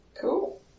Cool